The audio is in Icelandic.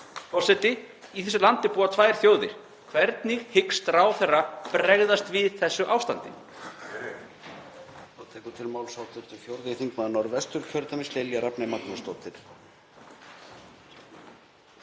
Forseti. Í þessu landi búa tvær þjóðir. Hvernig hyggst ráðherra bregðast við þessu ástandi?